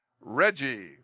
Reggie